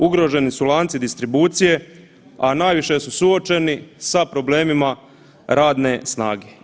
Ugroženi su lanci distribucije, a najviše su suočeni sa problemima radne snage.